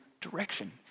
direction